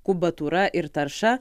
kubatūra ir tarša